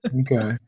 Okay